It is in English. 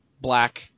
black